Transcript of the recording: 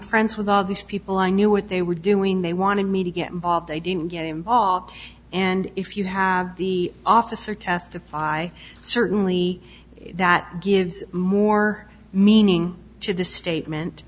friends with all these people i knew what they were doing they wanted me to get him off they didn't get him and if you have the officer testify certainly that gives more meaning to the statement